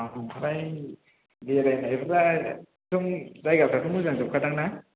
ओमफ्राय बेरायनायफ्रा एकदम जायगाफ्राथ' मोजांजोबखा दां ना